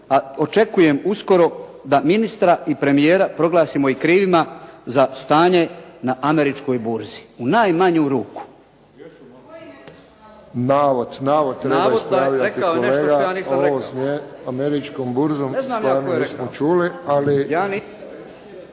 očekujem uskoro da ministra i premijera proglasimo i krivima za stanje na američkoj burzi u najmanju ruku. **Friščić, Josip (HSS)** Navod. Navod treba ispravljati kolega. Ovo sve sa američkom burzom stvarno